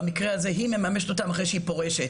במקרה הזה היא מממשת אותם אחרי שהיא פורשת.